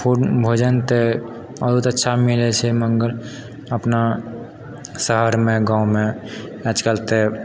food भोजन तऽ बहुत अच्छा मिलै छै मगर अपना शहरमे गाँवमे आजकल तऽ